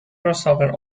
crossover